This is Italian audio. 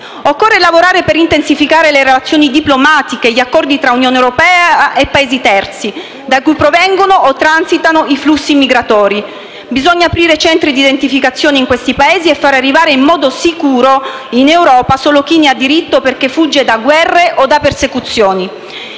Occorre lavorare per intensificare le relazioni diplomatiche, gli accordi tra Unione europea e Paesi terzi da cui provengono o transitano i flussi migratori. Bisogna aprire centri di identificazione in questi Paesi e far arrivare in modo sicuro in Europa solo chi ne ha diritto perché fugge da guerre o da persecuzioni.